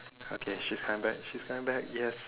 okay she's coming back she's coming back yes